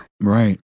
Right